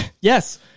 Yes